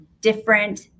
different